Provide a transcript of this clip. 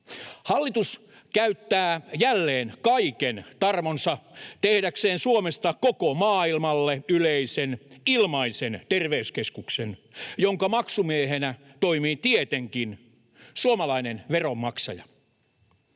Hallitus käyttää jälleen kaiken tarmonsa tehdäkseen Suomesta koko maailmalle yleisen, ilmaisen terveyskeskuksen, jonka maksumiehenä toimii tietenkin suomalainen veronmaksaja.